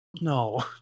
no